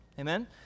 Amen